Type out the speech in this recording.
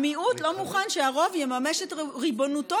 המיעוט לא מוכן שהרוב יממש את ריבונותו,